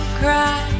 cry